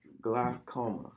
Glaucoma